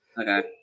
Okay